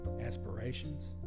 aspirations